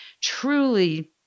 truly